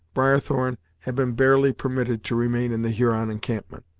briarthorn had been barely permitted to remain in the huron encampment,